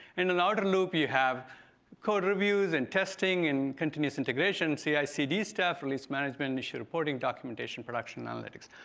and and outer loop you have code reviews, and testing, and continuous integration, cicd stuff, release management, issue reporting, documentation, production, and analytics.